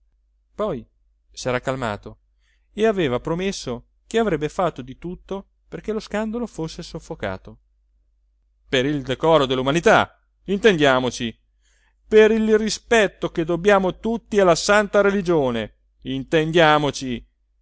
poi s'era calmato e aveva promesso che avrebbe fatto di tutto perché lo scandalo fosse soffocato per il decoro dell'umanità intendiamoci per il rispetto che dobbiamo tutti alla santa religione intendiamoci